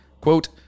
Quote